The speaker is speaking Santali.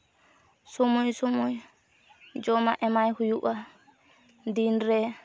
ᱥᱚᱢᱚᱭ ᱥᱚᱢᱚᱭ ᱡᱚᱢᱟᱜ ᱮᱢᱟᱭ ᱦᱩᱭᱩᱜᱼᱟ ᱫᱤᱱ ᱨᱮ